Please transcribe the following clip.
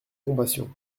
compassion